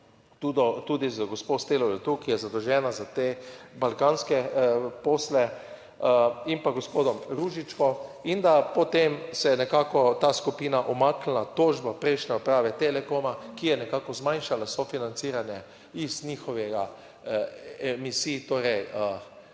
tudi z gospo / nerazumljivo/ ki je zadolžena za te balkanske posle in pa gospodom Ružičem(?), in da potem se je nekako ta skupina umaknila, tožba prejšnje uprave Telekoma, ki je nekako zmanjšala sofinanciranje iz njihovega, emisij, torej,